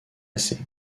assez